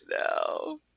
now